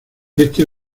este